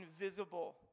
invisible